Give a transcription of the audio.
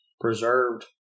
preserved